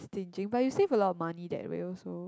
stinging but you'll save a lot of money that way also